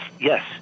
yes